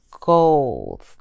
gold